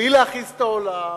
בלי להכעיס את העולם,